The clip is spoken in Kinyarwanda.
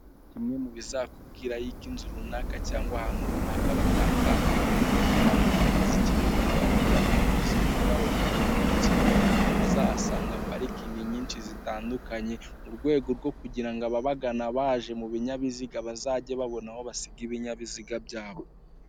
Kimwe mubizakubwira yuko inzu runaka; cyangwa hanatu runaka batanga gahunda zitandukanye zikenerwa n'abaturage mu buzima bwabo bwari munsi, ni uko uzahasanga parikingi nyinshi zitandukanye. Mu rwego rwo kugira ngo ababagana baje mu binyabiziga, bazage babona aho basiga ibinyabiziga byabo.